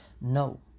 no